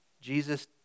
Jesus